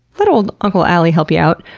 let old uncle alie help you out.